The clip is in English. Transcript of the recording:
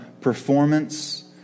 performance